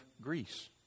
Greece